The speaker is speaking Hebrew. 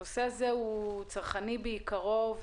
הנושא הזה הוא צרכני בעיקרו.